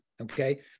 Okay